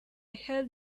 had